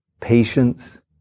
patience